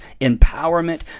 empowerment